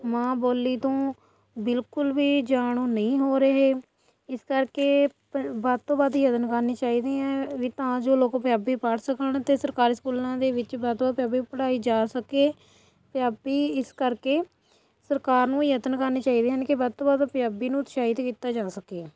ਮਾਂ ਬੋਲੀ ਤੋਂ ਬਿਲਕੁਲ ਵੀ ਜਾਣੂ ਨਹੀਂ ਹੋ ਰਹੇ ਇਸ ਕਰਕੇ ਪ ਵੱਧ ਤੋਂ ਵੱਧ ਯਤਨ ਕਰਨੇ ਚਾਹੀਦੇ ਐਂ ਵੀ ਤਾਂ ਜੋ ਲੋਕ ਪੰਜਾਬੀ ਪੜ੍ਹ ਸਕਣ ਅਤੇ ਸਰਕਾਰੀ ਸਕੂਲਾਂ ਦੇ ਵਿੱਚ ਵੱਧ ਤੋਂ ਵੱਧ ਪੰਜਾਬੀ ਪੜ੍ਹਾਈ ਜਾ ਸਕੇ ਪੰਜਾਬੀ ਇਸ ਕਰਕੇ ਸਰਕਾਰ ਨੂੰ ਯਤਨ ਕਰਨੇ ਚਾਹੀਦੇ ਹਨ ਕਿ ਵੱਧ ਤੋਂ ਵੱਧ ਪੰਜਾਬੀ ਨੂੰ ਉਤਸ਼ਾਹਿਤ ਕੀਤਾ ਜਾ ਸਕੇ